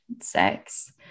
sex